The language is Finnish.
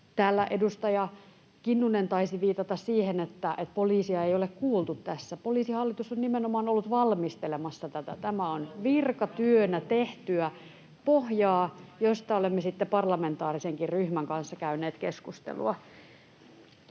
Täällä edustaja Kinnunen taisi viitata siihen, että poliisia ei ole kuultu tässä. Poliisihallitus on nimenomaan ollut valmistelemassa tätä. [Jani Mäkelän välihuuto] Tämä on virkatyönä tehtyä pohjaa, josta olemme sitten parlamentaarisenkin ryhmän kanssa käyneet keskustelua.